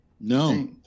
No